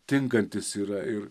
tinkantis yra ir